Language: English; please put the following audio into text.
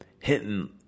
hitting